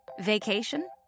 Vacation